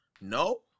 no